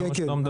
על זה אתה מדבר?